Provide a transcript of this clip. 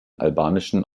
albanischen